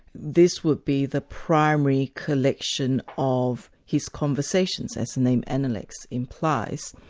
this would be the primary collection of his conversations as the name analects implies.